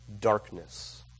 darkness